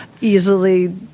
easily